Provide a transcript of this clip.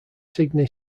sydney